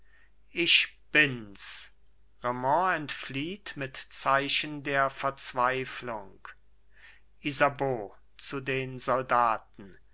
ich bins raimond entflieht mit zeichen der verzweiflung isabeau zu den soldaten